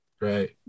Right